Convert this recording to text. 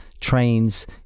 trains